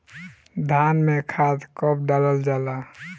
धान में खाद कब डालल जाला?